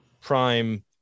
prime